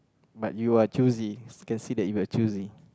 but you are choosy can see that you are choosy